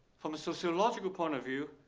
from a sociological point of view,